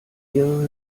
mehrere